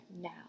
now